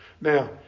Now